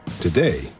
Today